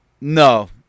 No